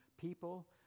people